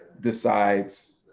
decides